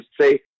say